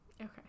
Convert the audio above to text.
Okay